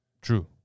true